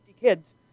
kids